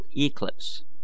eclipse